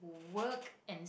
and work